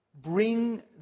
Bring